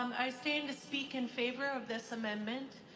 i stand to speak in favor of this amendment.